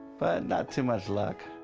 but not too much luck.